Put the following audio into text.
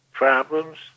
Problems